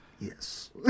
yes